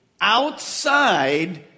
outside